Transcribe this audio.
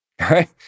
right